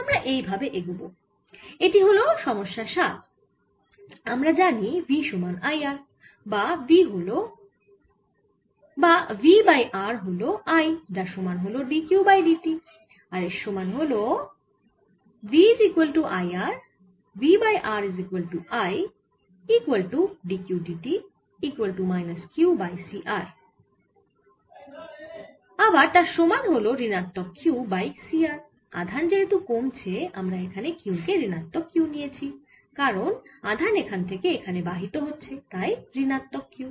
আমরা এই ভাবে এগোবো এটি হল সমস্যা 7 আমরা জানি V সমান I R বা V বাই R হল I যার সমান হল dQ বাই dt আর এর সমান হল আবার তার সমান হল ঋণাত্মক Q বাই C R আধান যেহেতু কমছেআমরা এখানে Q কে ঋণাত্মক Q নিয়েছি কারণ আধান এখানে থেকে এখানে বাহিত হচ্ছে তাই ঋণাত্মক Q